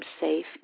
safe